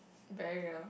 barrier